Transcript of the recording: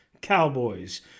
Cowboys